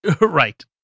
Right